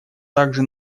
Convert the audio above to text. также